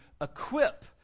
equip